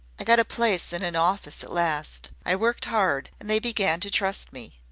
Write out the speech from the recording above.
i got a place in an office at last. i worked hard, and they began to trust me.